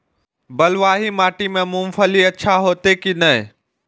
बलवाही माटी में मूंगफली अच्छा होते की ने?